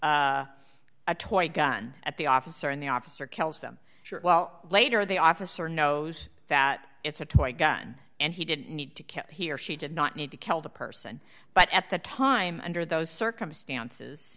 a toy gun at the officer and the officer kills them well later the officer knows that it's a toy gun and he didn't need to kill he or she did not need to kill the person but at the time under those circumstances